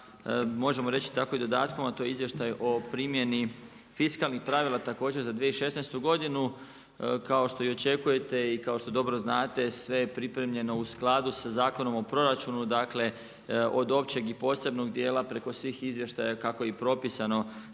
možemo reći tako i dodatkom, a to je izvještaj o primjeni fiskalnih pravila također za 2016. godinu. Kao što i očekujete i kao što dobro znate sve je pripremljeno u skladu sa Zakonom o proračunu, dakle od općeg i posebnog dijela preko svih izvještaja kako je propisano